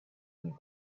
been